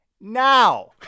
now